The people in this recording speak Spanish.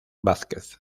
vázquez